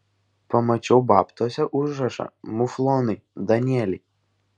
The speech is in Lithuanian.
pamačiau babtuose užrašą muflonai danieliai